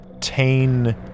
Tane